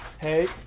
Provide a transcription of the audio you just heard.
Hey